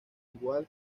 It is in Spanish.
igual